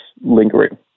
lingering